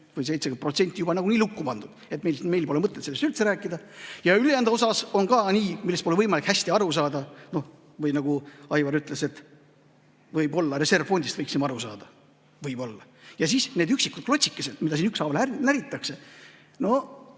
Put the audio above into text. või 70% juba nagunii lukku pandud ja meil pole mõtet sellest üldse rääkida. Ja ülejäänud osaga on ka nii, et sellest pole võimalik hästi aru saada. Või nagu Aivar ütles, et võib-olla reservfondist võiksime aru saada. Võib-olla! Ja siis need üksikud klotsikesed, mida siin ükshaaval näritakse –